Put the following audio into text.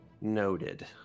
Noted